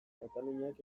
kataluniak